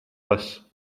les